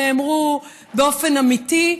נאמרו באופן אמיתי.